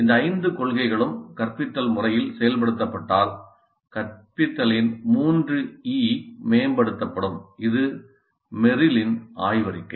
இந்த ஐந்து கொள்கைகளும் கற்பித்தல் முறையில் செயல்படுத்தப்பட்டால் கற்பித்தலின் மூன்று 'E' மேம்படுத்தப்படும் இது மெர்ரிலின் ஆய்வறிக்கை